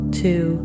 two